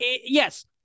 yes